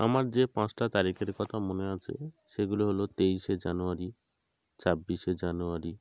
আমার যে পাঁচটা তারিখের কথা মনে আছে সেগুলো হল তেইশে জানুয়ারি ছাব্বিশে জানুয়ারি